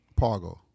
Pargo